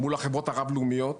מול החברות הרב לאומיות.